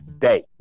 day